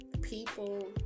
people